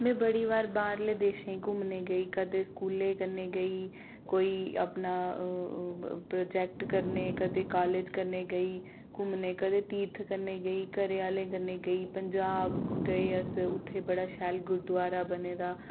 में बड़ी बार बाह्रले देशें घूमने गेई कदें स्कूलै कन्नै गेई कोई अपना प्रोजैक्ट करने कदें कालेज कन्नै गेई घूमने कदें तीर्थ करने गेई घरै आह्ले कन्नै गेई पंजाब गे अस उत्थै बड़ा शैल गुरूद्वारा बने दा